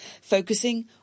focusing